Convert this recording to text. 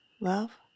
Love